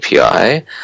API